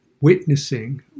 witnessing